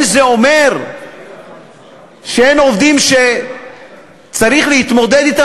זה לא זה אומר שאין עובדים שצריך להתמודד אתם